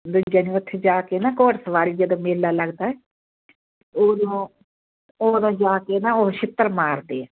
ਵੀ ਉੱਥੇ ਜਾ ਕੇ ਨਾ ਘੋੜ ਸਵਾਰੀ ਜਦੋਂ ਮੇਲਾ ਲੱਗਦਾ ਹੈ ਉਦੋਂ ਉਦੋਂ ਜਾ ਕੇ ਨਾ ਉਹ ਛਿੱਤਰ ਮਾਰਦੇ ਆ